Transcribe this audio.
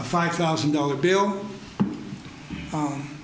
a five thousand dollar bill